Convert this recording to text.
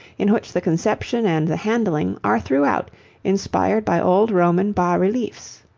in which the conception and the handling are throughout inspired by old roman bas-reliefs.